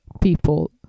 people